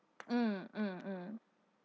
mm mm mm